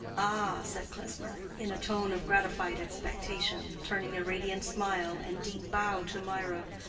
ah, said klesmer, in a tone of gratified expectation, turning a radiant smile and deep bow to mirah,